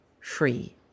free